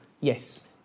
Yes